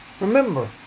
Remember